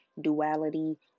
duality